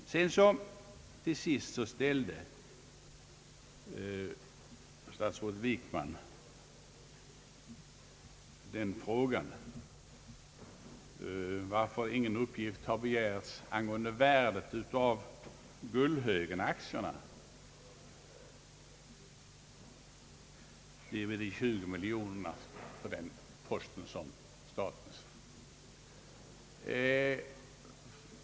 Statsrådet Wickman undrade slutligen varför från oppositionssidan inte något uppgift begärts angående värdet av Gullhögenaktierna, dvs. den aktiepost på 20 miljoner kronor som av staten förvärvats.